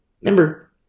Remember